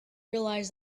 realised